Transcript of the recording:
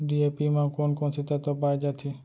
DAP म कोन कोन से तत्व पाए जाथे?